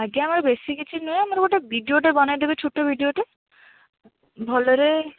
ଆଜ୍ଞା ଆମର ବେଶୀ କିଛି ନୁହେଁ ମୋର ଗୋଟେ ଭିଡ଼ିଓଟେ ବନେଇଦେବେ ଛୋଟ ଭିଡ଼ିଓଟେ ଭଲରେ